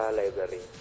library